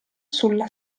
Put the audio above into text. sulla